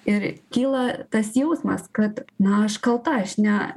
ir kyla tas jausmas kad na aš kalta aš ne